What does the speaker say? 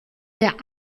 der